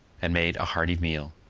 and made a hearty meal.